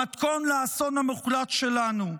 המתכון לאסון המוחלט שלנו.